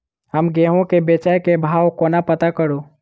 हम गेंहूँ केँ बेचै केँ भाव कोना पत्ता करू?